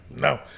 no